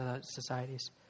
societies